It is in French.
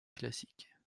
classiques